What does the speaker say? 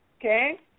Okay